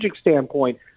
standpoint